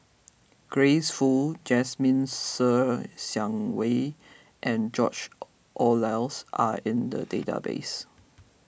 Grace Fu Jasmine Ser Xiang Wei and George Oehlers are in the database